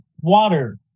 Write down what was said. water